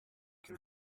can